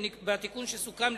בתיקון שסוכם,